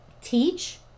teach